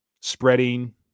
spreading